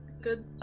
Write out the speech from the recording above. good